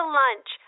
lunch